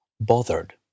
bothered